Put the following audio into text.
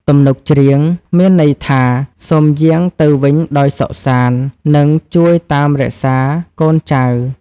ទំនុកច្រៀងមានន័យថា សូមយាងទៅវិញដោយសុខសាន្ត និងជួយតាមរក្សាកូនចៅ។